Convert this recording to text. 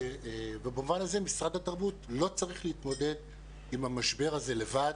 במובן הזה משרד התרבות לא צריך להתמודד עם המשבר הזה לבד.